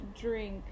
drink